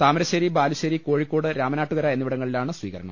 താമരശ്ശേരി ബാലുശ്ശേരി കോഴിക്കോട് രാമനാട്ടുകര എന്നിവിടങ്ങളിലാണ് സ്വീകരണം